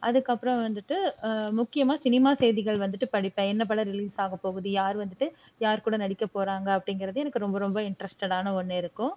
அதுக்கப்புறம் வந்துட்டு முக்கியமாக சினிமா செய்திகள் வந்துட்டு படிப்பேன் என்ன படம் ரிலீஸ் ஆகப்போகுது யார் வந்துட்டு யார்கூட நடிக்க போறாங்க அப்படிங்கிறது எனக்கு ரொம்ப ரொம்ப இன்ட்ரஸ்ட்டடான ஒன்று இருக்கும்